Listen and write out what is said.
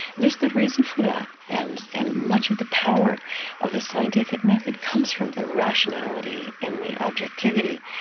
there's good reason for that, and and much of the power of the scientific method comes from the rationality and the objectivity.